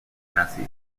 massey